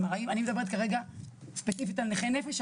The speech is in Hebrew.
אני מדברת כרגע ספציפית על נכי נפש,